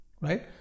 right